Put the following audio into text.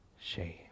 shame